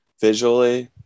Visually